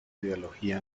ideología